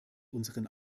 unseren